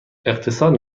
اقتصاد